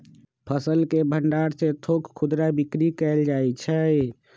फसल के भण्डार से थोक खुदरा बिक्री कएल जाइ छइ